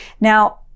Now